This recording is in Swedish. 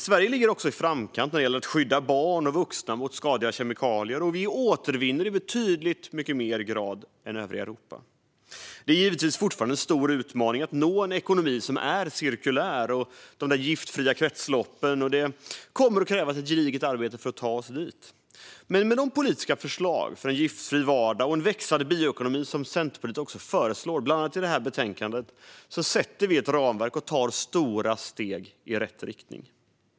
Sverige ligger också i framkant när det gäller att skydda barn och vuxna mot skadliga kemikalier, och vi återvinner betydligt mycket högre grad än i övriga Europa. Det är givetvis fortfarande en stor utmaning att nå en ekonomi som är cirkulär med giftfria kretslopp. Det kommer att krävas ett gediget arbete för att ta oss dit. Men med de politiska förslag för en giftfri vardag och en växande bioekonomi som Centerpartiet föreslår bland annat i detta betänkande sätter vi ett ramverk och tar stora steg i rätt riktning.